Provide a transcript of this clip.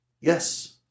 Yes